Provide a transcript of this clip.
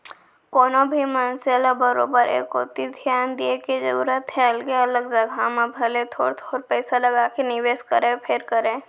कोनो भी मनसे ल बरोबर ए कोती धियान दिये के जरूरत हे अलगे अलग जघा म भले थोर थोर पइसा लगाके निवेस करय फेर करय